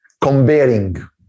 comparing